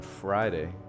Friday